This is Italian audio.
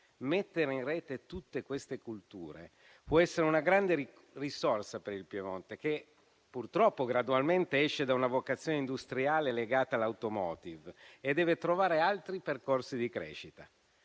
Mettere in rete tutte queste culture può essere una grande risorsa per il Piemonte, che purtroppo gradualmente esce da una vocazione industriale legata all'*automotive* e deve trovare altri percorsi di crescita.